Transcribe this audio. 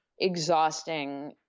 exhausting